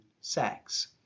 sex